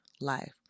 life